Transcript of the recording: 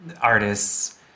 artists